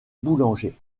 boulanger